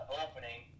opening